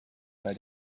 bei